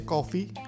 Coffee